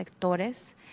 sectores